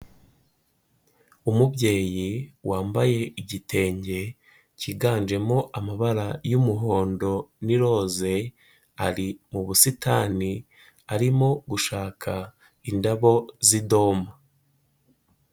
Umubyeyi wambaye igitenge cyiganjemo amabara y'umuhondo n'iroze, ari mu busitani, arimo gushaka indabo z'idoma.